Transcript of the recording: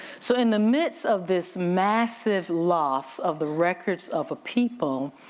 so in the midst of this massive loss of the records of a people,